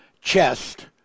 chest